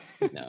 No